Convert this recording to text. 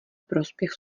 prospěch